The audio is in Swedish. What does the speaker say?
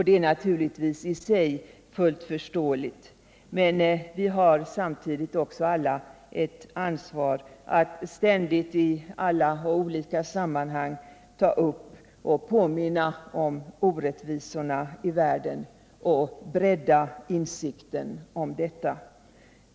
Det är naturligtvis i och för sig förståeligt, men vi har samtidigt alla ett ansvar att ständigt och i olika sammanhang ta upp och påminna om orättvisorna i världen och bredda insikten om dessa.